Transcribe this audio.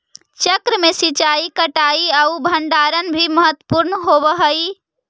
चक्र में सिंचाई, कटाई आउ भण्डारण भी महत्त्वपूर्ण होवऽ हइ